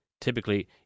Typically